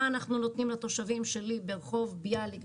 אנחנו נותנים לתושבים שלי ברחוב ביאליק,